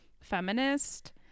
feminist